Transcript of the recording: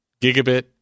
Gigabit